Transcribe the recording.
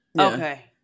Okay